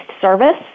service